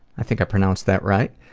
i think i pronounced that right,